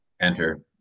enter